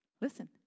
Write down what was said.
Listen